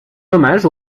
hommage